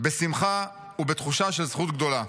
בשמחה ובתחושה של זכות גדולה.